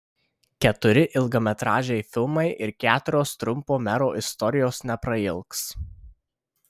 keturi ilgametražiai filmai ir keturios trumpo mero istorijos neprailgs